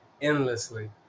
endlessly